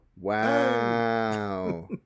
Wow